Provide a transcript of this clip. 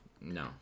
No